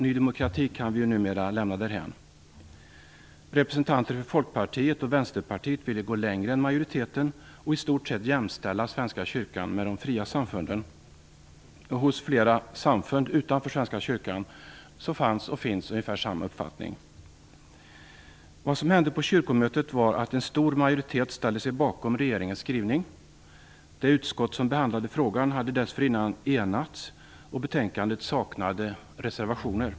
Ny demokrati kan vi numera lämna därhän. Representanterna för Folkpartiet och Vänsterpartiet ville gå längre än majoriteten och i stort sett jämställa Svenska kyrkan med de fria samfunden. Hos flera samfund utanför Svenska kyrkan fanns och finns ungefär samma uppfattning. Vad som hände på Kyrkomötet var att en stor majoritet ställde sig bakom regeringens skrivning. Det utskott som behandlade frågan hade dessförinnan enats, och betänkandet saknade reservationer.